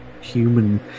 human